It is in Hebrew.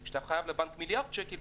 כשאתה חייב לבנק מיליארד שקל,